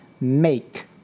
make